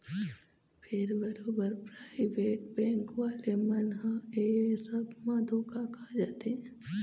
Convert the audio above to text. फेर बरोबर private bank वाले मन ह ऐ सब म धोखा खा जाथे